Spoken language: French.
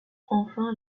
enfin